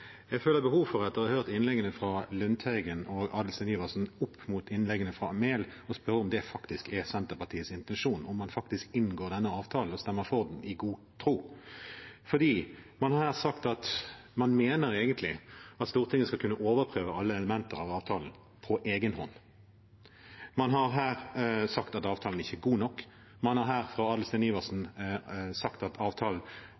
Jeg føler behov for – etter å ha hørt innleggene til Lundteigen og Adelsten Iversen opp mot innleggene fra Enger Mehl – å spørre om det faktisk er Senterpartiets intensjon, om man faktisk inngår denne avtalen og stemmer for den i god tro. For man har her sagt at man egentlig mener at Stortinget skal kunne overprøve alle elementer i avtalen på egen hånd. Man har her sagt at